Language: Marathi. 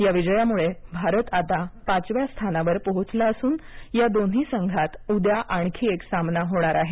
या विजयामुळे भारत पाचव्या स्थानावर पोहोचला असून या दोन्ही संघात उद्या आणखी एक सामना होणार आहे